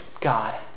God